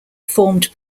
formed